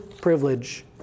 privilege